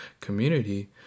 community